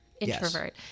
introvert